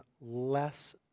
less